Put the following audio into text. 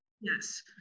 yes